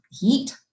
heat